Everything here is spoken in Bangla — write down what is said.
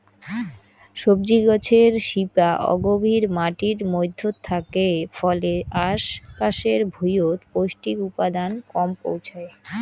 সবজি গছের শিপা অগভীর মাটির মইধ্যত থাকে ফলে আশ পাশের ভুঁইয়ত পৌষ্টিক উপাদান কম পৌঁছায়